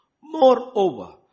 Moreover